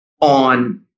on